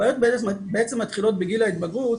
הבעיות בעצם מתחילות בגיל ההתבגרות,